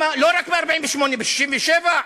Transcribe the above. לא רק ב-1948, ב-1967,